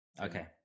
Okay